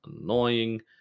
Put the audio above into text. annoying